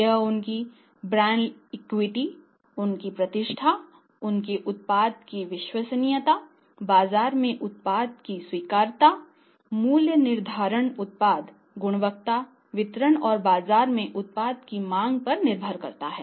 यह उनकी brand equity उनकी प्रतिष्ठा उनके उत्पाद की विश्वसनीयता बाजार में उत्पाद की स्वीकार्यता मूल्य निर्धारण उत्पाद गुणवत्ता वितरण और बाजार में उत्पाद की मांग पर निर्भर करता है